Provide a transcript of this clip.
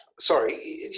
Sorry